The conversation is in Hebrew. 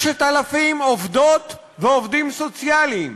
6,000 עובדות ועובדים סוציאליים,